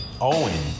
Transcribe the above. Owen